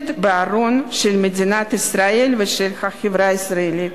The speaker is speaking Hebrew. בארון של מדינת ישראל ושל החברה הישראלית.